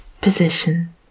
position